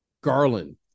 Garland